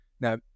now